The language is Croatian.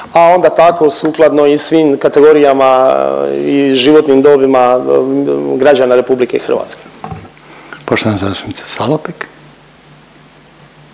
a onda tako sukladno i svim kategorijama i životnim dobima građana Republike Hrvatske.